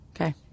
Okay